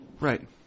Right